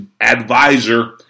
advisor